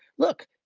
look,